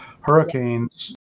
hurricanes